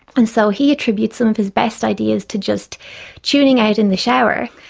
and so he attributes some of his best ideas to just tuning out in the shower.